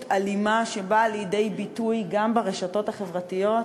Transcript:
אלימה שבאה לידי ביטוי גם ברשתות החברתיות.